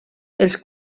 els